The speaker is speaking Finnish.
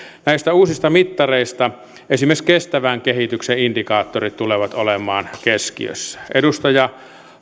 näistä uusista mittareista esimerkiksi kestävän kehityksen indikaattorit tulevat olemaan keskiössä edustaja